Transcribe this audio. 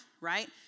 right